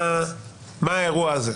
מה האירוע הזה?